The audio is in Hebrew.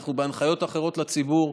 אנחנו בהנחיות אחרות לציבור.